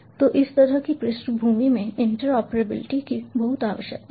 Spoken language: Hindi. तो इस तरह की पृष्ठभूमि में इंटरऑपरेबिलिटी की बहुत आवश्यकता है